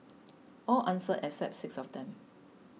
all answered except six of them